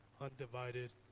undivided